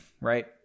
right